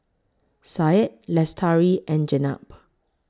Syed Lestari and Jenab